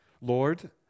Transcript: Lord